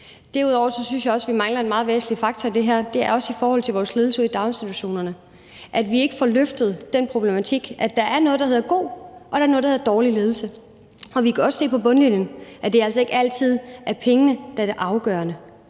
at vi mangler en meget væsentlig faktor i det her, og det er i forhold til vores ledelse ude i daginstitutionerne, og at vi ikke får løftet den problematik, at der er noget, der hedder god ledelse, og der er noget, der hedder dårlig ledelse. Vi kan også se på bundlinjen, at det altså ikke altid er pengene, der er det afgørende.